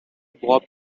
bob